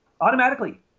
Automatically